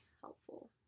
helpful